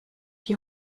die